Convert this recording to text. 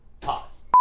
pause